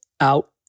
out